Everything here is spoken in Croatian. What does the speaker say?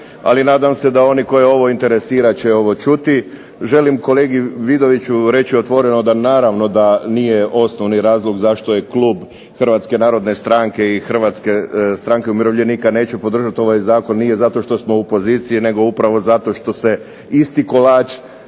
ali nadam se da oni koje ovo interesira će ovo čuti. Želim kolegi Vidoviću reći otvoreno da naravno da nije osnovni razlog zašto je klub HNS-HSU-a neće podržati ovaj zakon nije zato što smo u poziciji nego upravo zato što se isti kolač